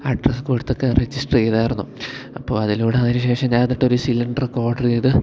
address കൊടുത്ത് ഒക്കെ register ചെയ്തായിരുന്നു അപ്പോൾ അതിലൂടെ അതിന് ശേഷം ഞാൻ എന്നിട്ടൊരു സിലണ്ട്ര് ഒക്കെ ഓഡറ് ചെയ്ത്